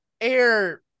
air